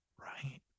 right